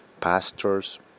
Pastors